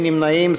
נתקבלו.